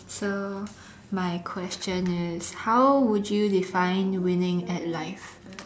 so my question is how would you define winning at life